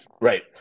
Right